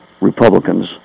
republicans